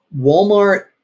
Walmart